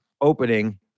opening